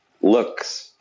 looks